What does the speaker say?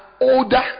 older